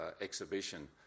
exhibition